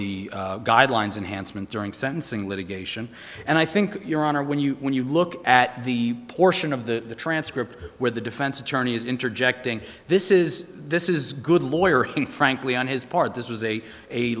the guidelines and handsome and during sentencing litigation and i think your honor when you when you look at the portion of the transcript where the defense attorneys interjecting this is this is good lawyer in frankly on his part this was a a